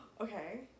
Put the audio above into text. Okay